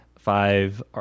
Five